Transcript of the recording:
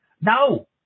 no